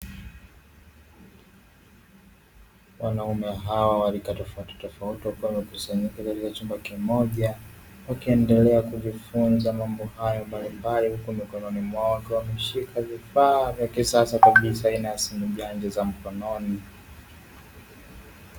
Wanaume hawa wa rika tofautitofauti, wakiwa wamekusanyika katika chumba kimoja, wakiendelea kujifunza mambo hayo mbalimbali. Huku mkononi mwao wakiwa wameshika vifaa vya kisasa kabisa aina ya simu janja za mkononi.